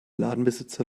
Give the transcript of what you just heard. ladenbesitzer